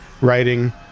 writing